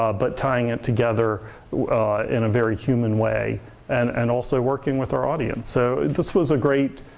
ah but tying it together in a very human way. and and also working with our audience. so this was a great,